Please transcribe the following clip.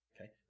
okay